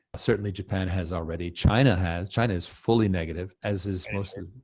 certainly japan has already. china has. china is fully negative, as is most of,